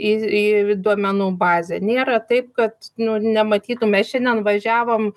į į duomenų bazę nėra taip kad nu nematytų mes šiandien važiavom